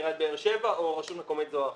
עיריית באר שבע או רשות מקומית זו או אחרת.